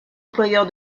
employeur